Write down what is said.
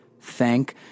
Thank